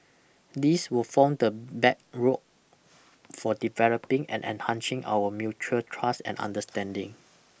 this will form the bedrock for developing and enhancing our mutual trust and understanding